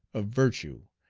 of virtue,